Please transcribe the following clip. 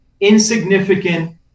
insignificant